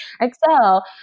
Excel